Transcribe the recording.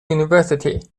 university